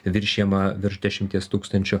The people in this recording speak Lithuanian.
viršijama virš dešimties tūkstančių